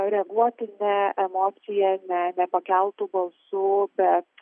reaguoti ne emocija ne ne pakeltu balsu bet